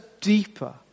deeper